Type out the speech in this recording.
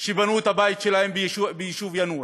שבנו את הבית שלהם ביישוב יאנוח,